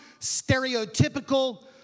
stereotypical